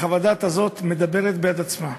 חוות הדעת הזאת מדברת בעד עצמה.